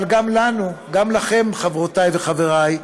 אבל גם לנו, גם לכם, חברותי וחברי,